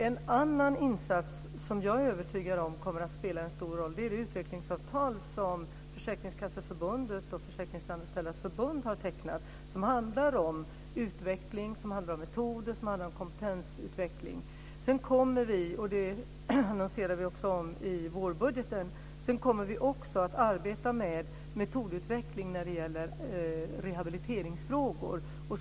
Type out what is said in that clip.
En annan insats som jag är övertygad om kommer att spela en stor roll är de utvecklingsavtal som Försäkringskasseförbundet och Försäkringsanställdas Förbund har tecknat. Det handlar om utveckling, metoder och kompetensutveckling. Sedan kommer vi, och det annonserar vi också i vårbudgeten, att arbeta med metodutveckling när det gäller rehabiliteringsfrågor.